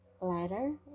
letter